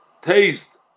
taste